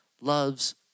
loves